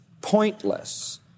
pointless